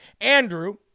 Andrew